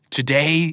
Today